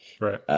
Right